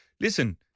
listen